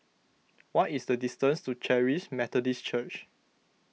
what is the distance to Charis Methodist Church